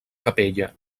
capella